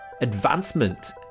advancement